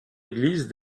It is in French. église